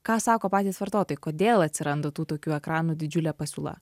ką sako patys vartotojai kodėl atsiranda tų tokių ekranų didžiulė pasiūla